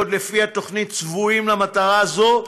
עוד לפני התוכנית צבועים למטרה הזאת,